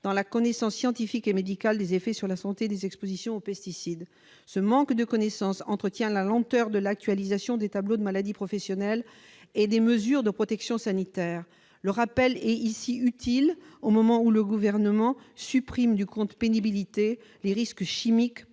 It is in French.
dans la connaissance scientifique et médicale des effets sur la santé de ces expositions. Ce manque de connaissances entretient la lenteur de l'actualisation des tableaux des maladies professionnelles et celle de la mise en oeuvre de mesures de protection sanitaire. Un tel rappel est utile, au moment où le Gouvernement supprime du compte pénibilité les risques chimiques, parmi